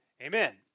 Amen